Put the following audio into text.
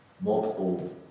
multiple